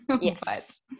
Yes